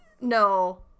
No